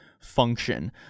function